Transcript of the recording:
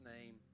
name